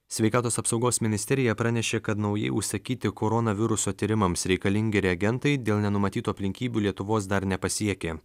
sveikatos apsaugos ministerija pranešė kad naujai užsakyti koronaviruso tyrimams reikalingi reagentai dėl nenumatytų aplinkybių lietuvos dar nepasiekė